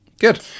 Good